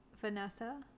Vanessa